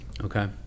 Okay